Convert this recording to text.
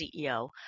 CEO